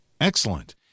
excellent